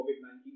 COVID-19